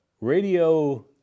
radio